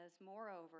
Moreover